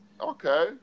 Okay